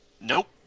Nope